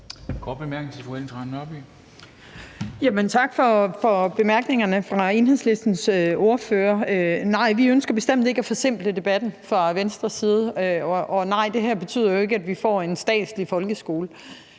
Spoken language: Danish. Nørby. Kl. 14:27 Ellen Trane Nørby (V): Tak for bemærkningerne fra Enhedslistens ordfører. Nej, vi ønsker bestemt ikke at forsimple debatten fra Venstres side, og nej, det her betyder jo ikke, at vi får en statslig folkeskole.